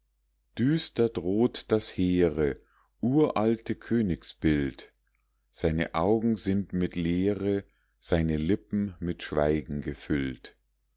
düster droht das hehre uralte königsbild seine augen sind mit leere seine lippen mit schweigen gefüllt